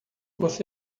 você